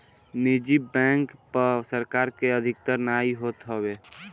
निजी बैंक पअ सरकार के अधिकार नाइ होत हवे